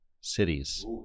cities